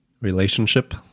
relationship